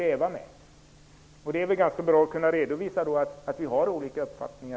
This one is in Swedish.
Det är bra att vi kan redovisa att vi på den punkten har olika uppfattningar.